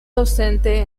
docente